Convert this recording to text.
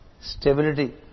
stability